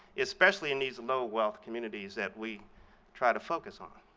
especially in these low-wealth communities that we try to focus on.